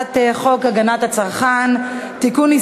להצעת החוק הגנת הצרכן (תיקון,